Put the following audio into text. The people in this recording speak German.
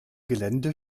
gelände